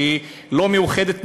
שהיא לא מאוחדת,